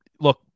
look